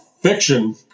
Fiction